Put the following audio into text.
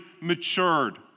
matured